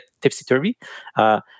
tipsy-turvy